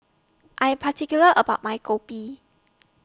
I'm particular about My Kopi